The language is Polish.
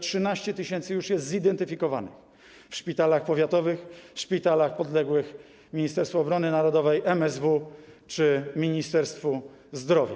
13 tys. już jest zidentyfikowanych w szpitalach powiatowych, w szpitalach podległych Ministerstwu Obrony Narodowej, MSW czy Ministerstwu Zdrowia.